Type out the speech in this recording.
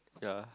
yeah